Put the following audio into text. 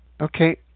Okay